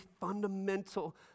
fundamental